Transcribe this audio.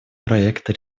проекта